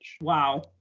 wow